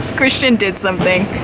christian did something,